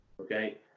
Okay